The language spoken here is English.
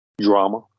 drama